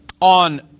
on